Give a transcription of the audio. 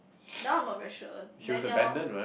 now I'm not very sure then ya lor